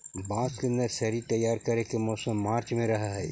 बांस के नर्सरी तैयार करे के मौसम मार्च में रहऽ हई